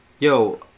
Yo